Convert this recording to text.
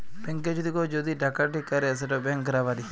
ব্যাংকে যদি কেউ যদি ডাকাতি ক্যরে সেট ব্যাংক রাবারি